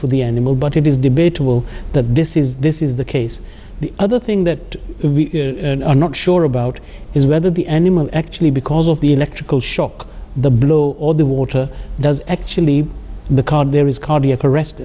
for the animal but it is debatable that this is this is the case the other thing that we are not sure about is whether the animal actually because of the electrical shock the blow or the water does actually the card there is cardiac arrest